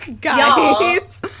Guys